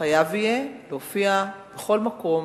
חייב יהיה להופיע בכל מקום,